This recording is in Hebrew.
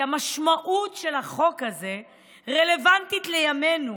כי המשמעות של החוק הזה רלוונטית לימינו,